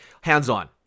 hands-on